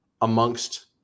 amongst